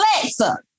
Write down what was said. Alexa